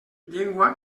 llengua